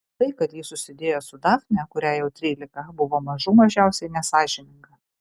tai kad ji susidėjo su dafne kuriai jau trylika buvo mažų mažiausiai nesąžininga